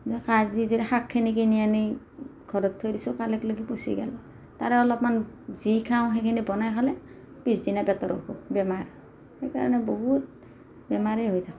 আজি যদি শাকখিনি কিনি আনি ঘৰত থৈ দিছোঁ কালিকলেগি পচি গেল তাৰে অলপমান যি খাওঁ সেইখিনি বনাই খালে পিছদিনা পেটৰ অসুখ বেমাৰ সেইকাৰণে বহুত বেমাৰেই হৈ থাকে